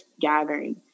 gathering